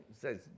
says